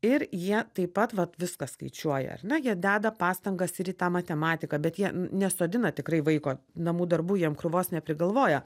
ir jie taip pat vat viską skaičiuoja ar ne jie deda pastangas ir į tą matematiką bet jie nesodina tikrai vaiko namų darbų jam krūvos neprigalvoja